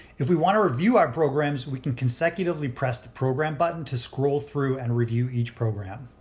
if we want to review our programs we can consecutively press the program button to scroll through and review each program.